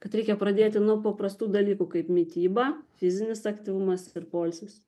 kad reikia pradėti nuo paprastų dalykų kaip mityba fizinis aktyvumas ir poilsis